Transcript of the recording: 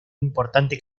importante